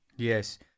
Yes